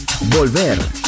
Volver